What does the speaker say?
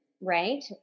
right